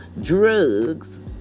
drugs